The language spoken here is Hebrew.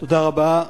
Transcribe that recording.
תודה רבה.